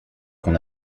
qu’on